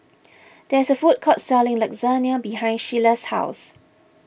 there is a food court selling Lasagne behind Shelia's house